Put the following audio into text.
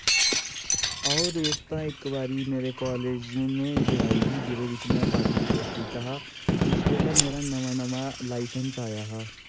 अऊं रेस तां इक बारी मेरे कालेज़ ने जड़ाई ही जेह्दे बिच्च में पॉर्टीस्पेक कीता हा उस बेल्लै मेरा नमां नमां लॉईसैंस आया हा